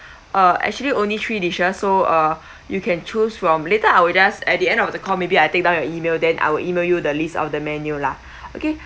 uh actually only three dishes so uh you can choose from later I will just at the end of the call maybe I take down your email then I will email you the list of the menu lah okay